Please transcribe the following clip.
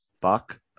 fuck